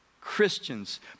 Christians